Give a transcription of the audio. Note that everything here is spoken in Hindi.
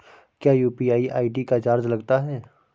क्या यू.पी.आई आई.डी का चार्ज लगता है?